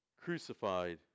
crucified